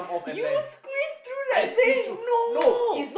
you squeeze through that thing no